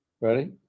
Ready